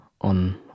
on